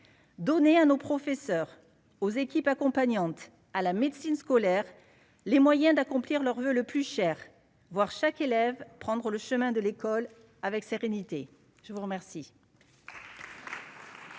donner à nos professeurs aux équipes accompagnantes à la médecine scolaire, les moyens d'accomplir leur voeu le plus cher, voir chaque élève, prendre le chemin de l'école avec sérénité : je vous remercie.